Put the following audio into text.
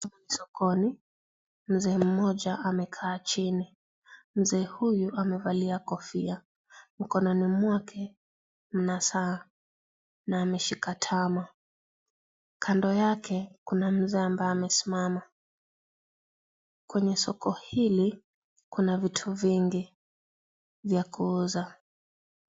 Sokoni mzee mmoja amekaa chini. Mzee huyu amevalia kofia mkononi mwake kuna saa na ameshika tama kando yake kuna mzee ambaye amesimama kwenye soko hili kuna vitu vingi vya kuuza.